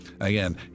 Again